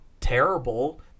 terrible